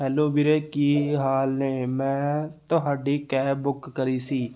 hello ਵੀਰੇ ਕੀ ਹਾਲ ਨੇ ਮੈਂ ਤੁਹਾਡੀ ਕੈਬ ਬੁੱਕ ਕਰੀ ਸੀ